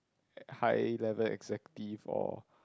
high level executive or